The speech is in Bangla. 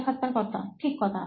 সাক্ষাৎকারকর্তা ঠিক কথা